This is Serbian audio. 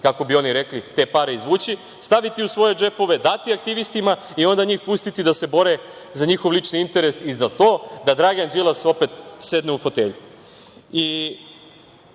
kako bi oni rekli, te pare izvući, staviti u svoje džepove, dati aktivistima i onda njih pustiti da se bore za njihov lični interes i za to da Dragan Đilas opet sedne u fotelju. Kako